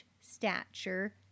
stature